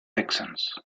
texans